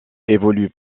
évolue